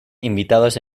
invitados